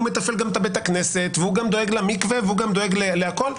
הוא מתפעל גם את בית הכנסת והוא דואג למקווה והוא דואג לכול.